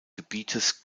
gebietes